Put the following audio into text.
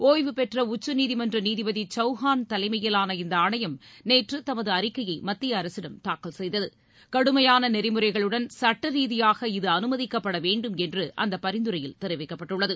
ஒய்வுபெற்ற உச்சநீதிமன்ற நீதிபதி சௌஹான் தலைமையிலான இந்த ஆணையம் நேற்று தமது அறிக்கையை மத்திய அரசிடம் தாக்கல் செய்தது கடுமையான நெறிமுறைகளுடன் சுட்ட ரீதியாக இது அனுமதிக்கப்பட வேண்டும் என்று அந்த பரிந்துரையில் தெரிவிக்கப்பட்டுள்ளது